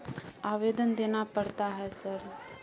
आवेदन देना पड़ता है सर?